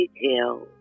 detail